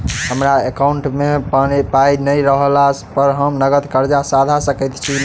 हमरा एकाउंट मे पाई नै रहला पर हम नगद कर्जा सधा सकैत छी नै?